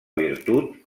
virtut